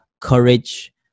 courage